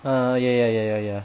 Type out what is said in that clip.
err ya ya ya ya ya